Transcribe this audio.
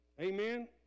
Amen